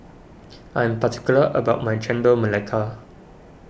I am particular about my Chendol Melaka